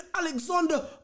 Alexander